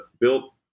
built